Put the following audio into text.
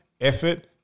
effort